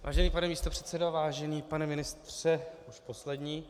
Vážený pane místopředsedo, vážený pane ministře už poslední.